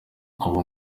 ubu